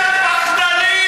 מפלגת הכותרות צועקת.